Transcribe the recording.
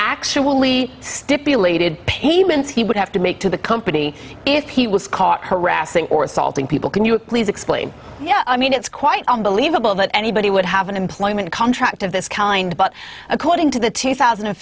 actually stipulated payments he would have to make to the company if he was caught harassing or assaulting people can you please explain yeah i mean it's quite unbelievable that anybody would have an employment contract of this kind but according to the two thousand and